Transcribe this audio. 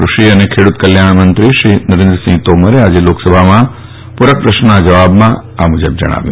કૃષિ અને ખેડૂત કલ્યાણમંત્રીશ્રી નરેન્દ્રસિંહ તોમરે આજે લોકસભામાં પૂરક પ્રશ્નોના જવાબમાં આ મુજબ જણાવ્યું